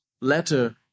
letter